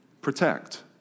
protect